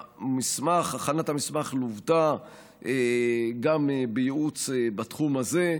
הכנת המסמך לוותה גם בייעוץ בתחום הזה.